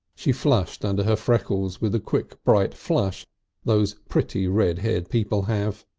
she flushed under her freckles with the quick bright flush those pretty red-haired people have.